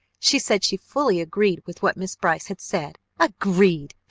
she said she fully agreed with what miss brice had said. agreed!